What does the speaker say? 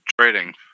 trading